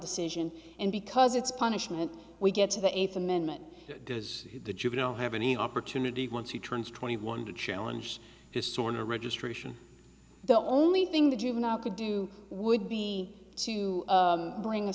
decision and because it's punishment we get to the eighth amendment does the juvenile have any opportunity once he turns twenty one to challenge his sworn or registration the only thing the juvenile could do would be to bring a